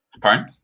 Pardon